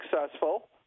successful